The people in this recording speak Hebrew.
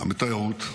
גם בתיירות,